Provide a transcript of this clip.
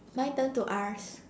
my turn to ask